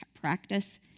practice